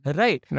right